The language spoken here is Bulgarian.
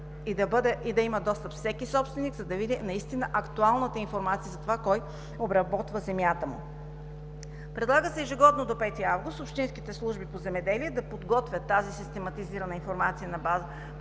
да има достъп, за да види актуалната информация за това кой обработва земята му. Предлага се ежегодно до 5 август общинските служби по земеделие да подготвят тази систематизирана информация на база